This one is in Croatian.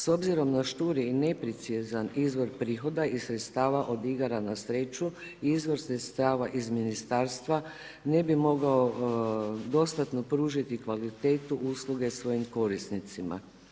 S obzirom na šturi i neprecizan izvor prihoda i sredstava od igara na sreću, izvor sredstava iz Ministarstva ne bi mogao dostatno pružiti kvalitetu usluge svojim korisnicima.